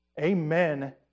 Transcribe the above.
Amen